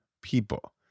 people